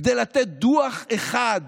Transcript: כדי לתת דוח אחד